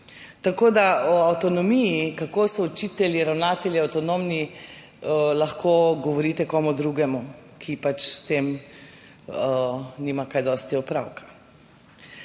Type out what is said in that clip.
moten. O avtonomiji, kako so učitelji, ravnatelji avtonomni, lahko govorite komu drugemu, ki s tem nima kaj dosti opravka.